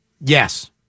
Yes